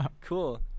cool